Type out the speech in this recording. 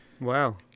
Wow